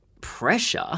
pressure